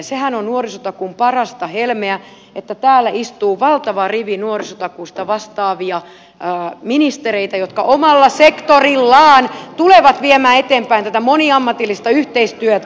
sehän on nuorisotakuun parasta helmeä että täällä istuu valtava rivi nuorisotakuusta vastaavia ministereitä jotka omalla sektorillaan tulevat viemään eteenpäin tätä moniammatillista yhteistyötä